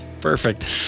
Perfect